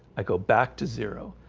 i go back to zero.